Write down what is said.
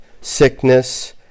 sickness